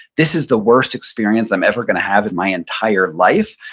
this is the worst experience i'm ever gonna have in my entire life,